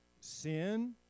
Sin